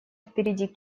впереди